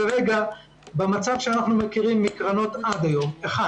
כרגע מהמצב שאנחנו מכירים מקרנות עד היום אנחנו רואים כמה דברים: א',